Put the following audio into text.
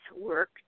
work